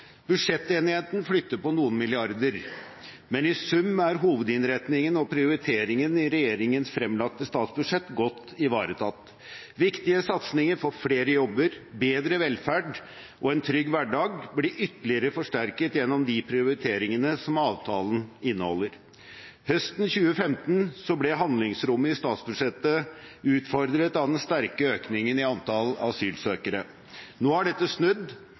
Budsjettenigheten flytter på noen milliarder, men i sum er hovedinnretningen og prioriteringen i regjeringens fremlagte statsbudsjett godt ivaretatt. Viktige satsinger for flere jobber, bedre velferd og en trygg hverdag blir ytterligere forsterket gjennom de prioriteringene som avtalen inneholder. Høsten 2015 ble handlingsrommet i statsbudsjettet utfordret av den sterke økningen i antall asylsøkere. Nå har dette snudd.